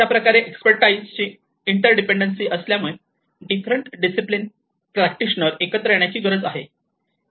अशाप्रकारे एक्सपर्टटाईज ची interdependency असल्यामुळे डिफरंट डिसिप्लिन प्रॅक्टिशनर एकत्र येण्याची गरज आहे